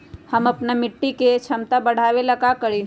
हम अपना मिट्टी के झमता बढ़ाबे ला का करी?